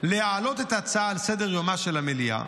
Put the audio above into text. להעלות את ההצעה על סדר-יומה של המליאה,